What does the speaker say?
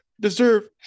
deserve